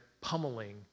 pummeling